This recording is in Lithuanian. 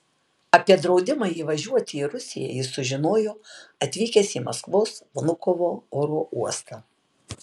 apie draudimą įvažiuoti į rusiją jis sužinojo atvykęs į maskvos vnukovo oro uostą